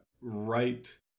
right